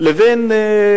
הייתי אומר,